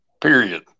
period